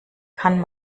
kann